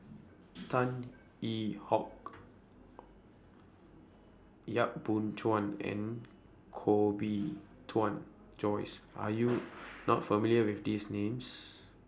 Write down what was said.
Tan Yee Hong Yap Boon Chuan and Koh Bee Tuan Joyce Are YOU not familiar with These Names